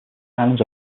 islands